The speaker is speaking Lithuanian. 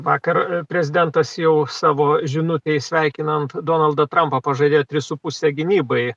vakar prezidentas jau savo žinutėje sveikinant donaldą trampą pažadėjo tris su puse gynybai